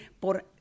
por